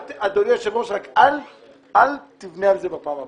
אדוני היושב ראש, רק אל תבנה על זה בפעם הבאה.